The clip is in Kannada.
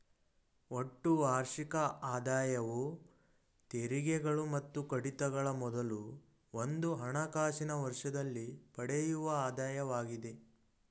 ಒಟ್ಟು ವಾರ್ಷಿಕ ಆದಾಯವು ತೆರಿಗೆಗಳು ಮತ್ತು ಕಡಿತಗಳ ಮೊದಲು ಒಂದು ಹಣಕಾಸಿನ ವರ್ಷದಲ್ಲಿ ಪಡೆಯುವ ಆದಾಯವಾಗಿದೆ